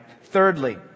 Thirdly